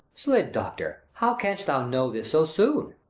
slid, doctor, how canst thou know this so soon?